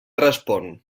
respon